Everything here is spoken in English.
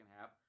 half